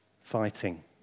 fighting